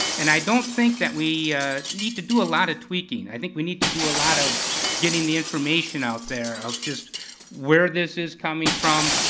and i don't think that we need to do a lot of tweaking. i think we need to do a lot of getting the information out there, of just where this is coming from,